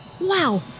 Wow